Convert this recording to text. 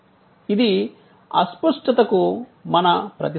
ఇది అస్పష్టతకు మన ప్రతిస్పందన